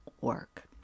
work